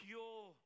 Pure